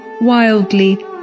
wildly